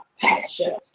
passion